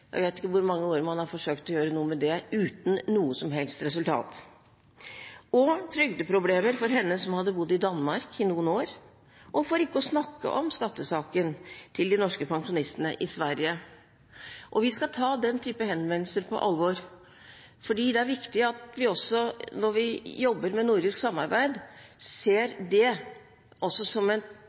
Jeg vet ikke hvor mange år man har forsøkt å gjøre noe med det, uten noe som helst resultat. Og trygdeproblemer for henne som hadde bodd i Danmark i noen år, for ikke å snakke om skattesaken til de norske pensjonistene i Sverige. Vi skal ta den typen henvendelser på alvor, fordi det er viktig at vi, når vi jobber med nordisk samarbeid, også ser det som